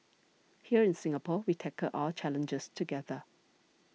here in Singapore we tackle our challenges together